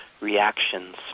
reactions